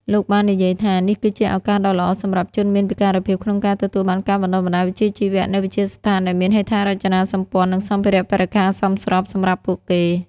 លោកបាននិយាយថា នេះគឺជាឱកាសដ៏ល្អសម្រាប់ជនមានពិការភាពក្នុងការទទួលបានការបណ្តុះបណ្តាលវិជ្ជាជីវៈនៅវិទ្យាស្ថានដែលមានហេដ្ឋារចនាសម្ព័ន្ធនិងសម្ភារៈបរិក្ខារសមស្របសម្រាប់ពួកគេ។